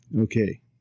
Okay